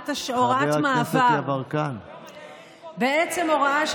חבר הכנסת גולן, בבקשה.